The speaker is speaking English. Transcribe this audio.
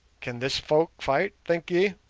can this folk fight, think ye